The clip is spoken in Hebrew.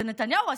זה נתניהו עשה,